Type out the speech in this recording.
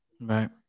right